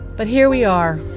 but here we are.